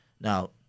Now